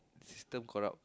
system corrupt